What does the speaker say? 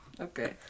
okay